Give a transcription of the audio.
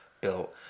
built